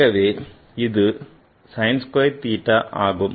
ஆகவே இது sin square theta ஆகும்